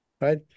right